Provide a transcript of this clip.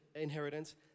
inheritance